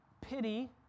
pity